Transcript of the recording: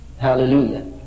Hallelujah